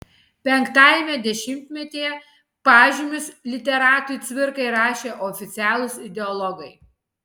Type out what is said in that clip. penktajame dešimtmetyje pažymius literatui cvirkai rašė oficialūs ideologai